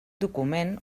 document